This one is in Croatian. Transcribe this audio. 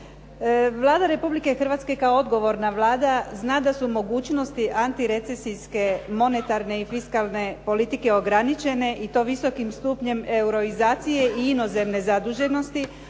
Vlada Republike Hrvatske kao odgovorna Vlada zna da su mogućnosti antirecesijske monetarne i fiskalne politike ograničene i to visokim stupnjem euroizacije i inozemne zaduženosti